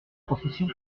profession